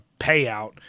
payout